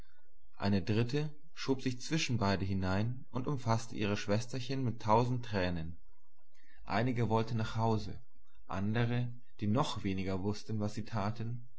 eine dritte schob sich zwischen beide hinein und umfaßte ihre schwesterchen mit tausend tränen einige wollten nach hause andere die noch weniger wußten was sie taten